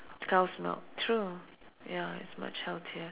cow's milk true ya it's much healthier